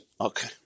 Okay